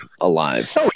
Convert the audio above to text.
alive